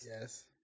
Yes